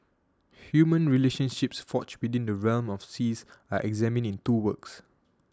human relationships forged within the realm of the seas are examined in two works